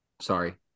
sorry